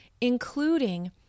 including